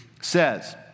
says